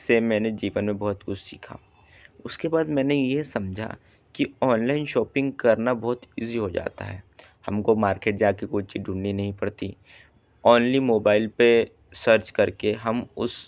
से मैंने जीवन में बहुत कुछ सीखा उसके बाद मैंने ये समझा की ऑनलाइन शॉपिंग करना बहुत ईजी हो जाता है हमको मार्केट जा कर कोई चीज़ ढूँढ़नी नहीं पड़ती ओन्ली मोबाईल पर सर्च करके उस